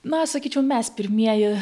na sakyčiau mes pirmieji